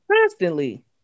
constantly